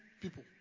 people